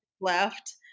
left